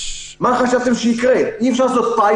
איך עושים את זה?